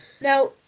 Now